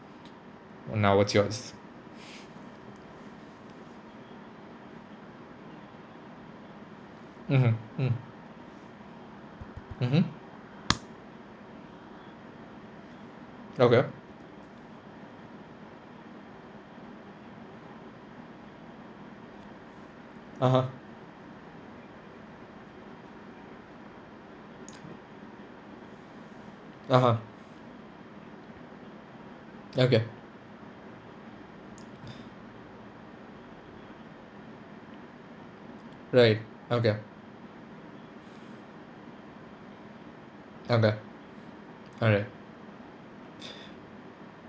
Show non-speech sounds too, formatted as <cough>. now what's yours mmhmm mm mmhmm okay (uh huh) (uh huh) okay right okay okay alright <breath>